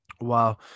Wow